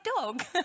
dog